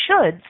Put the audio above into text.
shoulds